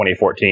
2014